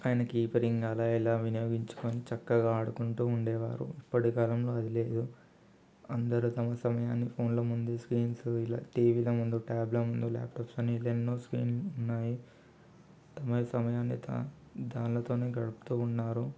పైన కీపరింగ్ అలా ఇలా వినియోగించుకుని చక్కగా ఆడుకుంటు ఉండేవారు ఇప్పటి కాలంలో అది లేదు అందరు తమ సమయాన్ని ఫోన్ల ముందు స్క్రీన్స్ టీవీల ముందు ఇలా ట్యాబ్ల ముందు లాప్టాప్స్ ఇలా ఎన్నో స్క్రీన్లు ఉన్నాయి తమ సమయాన్ని తా దాంట్లతోనే గడుపుతు ఉన్నారు